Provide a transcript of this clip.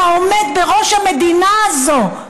אתה עומד בראש המדינה הזו,